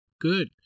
good